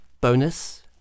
bonus